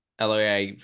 LOA